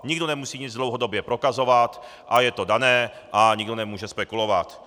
Nikdo nemusí nic dlouhodobě prokazovat a je to dané a nikdo nemůže spekulovat.